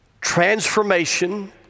transformation